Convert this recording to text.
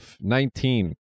nineteen